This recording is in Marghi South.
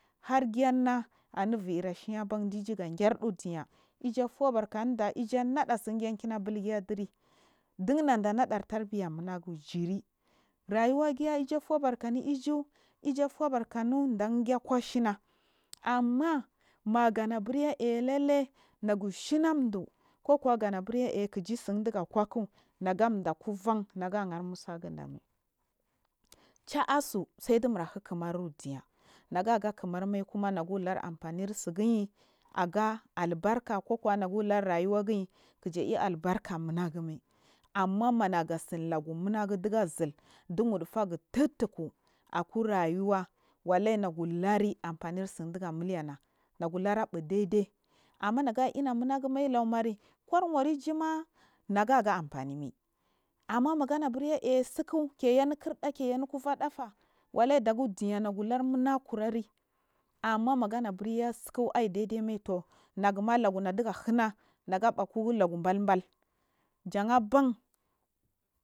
Harghena anavier shiya kna iju ghar da duniya ija fubarka niɗa ijango a tsi kekina bulgiya diri dun nadanada tarbiya munagu gir raguwayhaya yafubarka anu iju ijafaburka nidaigekwa shiyi amma maganaburya ie bailai nagu shuna du kogana burye am kigi tsin dig kwak gada kullam nagahar musagumai chaa shi saidu mirahir kimar daniya nagaga kima mai nagulur amfanin tsiyni agaal barka kokuwa nagulur rayuwagi kija lalbarka munagu mai amma nugatsin jagu nunigu ga zill du wufu fagu tutku akurayuwa wal ishi naguluri amfani tsidiga milena laraɓu dai dai amma naga ina muma gumai law mari ko arwar ijuma naga amfanimai amma mamaganabu rye le etsikikyjifi kirɗa kyayunu kuvaɗafa wallahi digil duniye naguluw numakur ari amma maga na gurye tsika aidaida mai turnayuma luna diga hyna nagaɓk law balbal.